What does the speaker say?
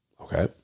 okay